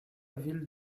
ville